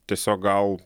tiesiog gal